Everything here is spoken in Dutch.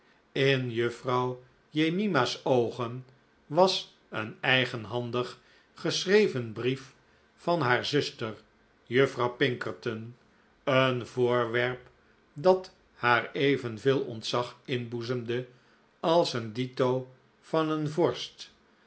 in juffrouw jemima's oogen was een eigenhandig geschreven brief van haar zuster juffrouw pinkerton een voorwerp dat haar even veel ontzag inboezemde als een dito van een vorst